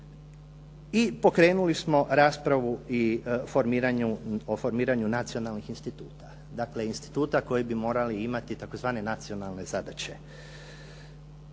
I pokrenuli smo raspravu i o formiranju nacionalnih instituta. Dakle, instituta koji bi morali imati tzv. nacionalne zadaće.